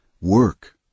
Work